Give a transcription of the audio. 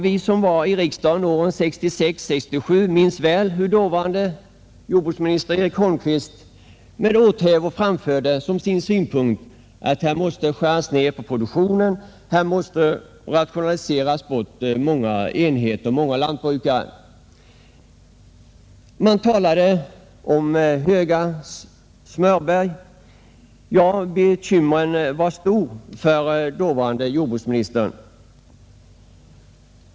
Vi som var med i riksdagen under åren 1966 och 1967 minns väl hur dåvarande jordbruksministern Eric Holmqvist med åthävor framförde som sin synpunkt att produktionen måste skäras ner och att många enheter och lantbrukare måste rationaliseras bort. Han talade om höga smörberg. Ja, bekymren var stora för dåvarande jordbruksministern.